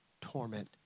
torment